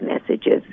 messages